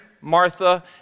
Martha